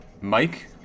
Mike